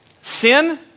Sin